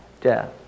death